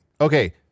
Okay